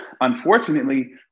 unfortunately